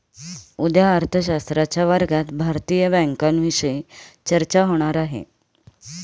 उद्या अर्थशास्त्राच्या वर्गात भारतीय बँकांविषयी चर्चा होणार आहे